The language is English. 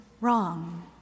wrong